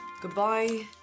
Goodbye